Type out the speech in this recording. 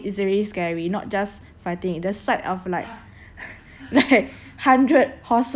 no actually right the sta~ of the sight of it is already scary not just fighting the sight of like